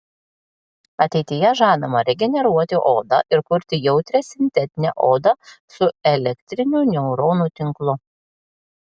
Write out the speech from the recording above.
ateityje žadama regeneruoti odą ir kurti jautrią sintetinę odą su elektriniu neuronų tinklu